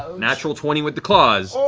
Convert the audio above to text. natural twenty with the claws.